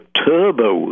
turbo